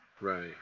right